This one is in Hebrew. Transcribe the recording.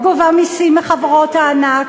לא גובה מסים מחברות ענק,